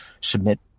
submit